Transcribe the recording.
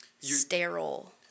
sterile